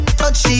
touchy